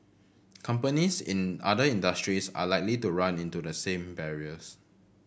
companies in other industries are likely to run into the same barriers